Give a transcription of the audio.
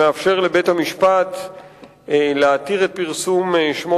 שמאפשר לבית-המשפט להתיר את פרסום שמו